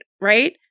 right